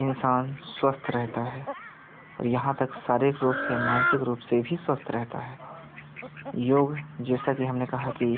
इंसान स्वस्थ रहता है और यहाँ तक शारीरक रूप से मानसिक रूप से भी स्वस्थ रहता है योग जैसा कि हमने कहा कि